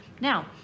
Now